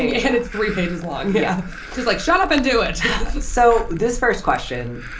yeah and it's three pages long. yeah just like shut up and do it. so this first question,